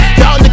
y'all